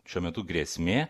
šiuo metu grėsmė